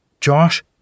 Josh